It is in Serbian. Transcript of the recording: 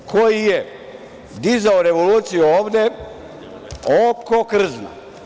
On koji je dizao revoluciju ovde oko krzna.